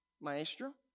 Maestro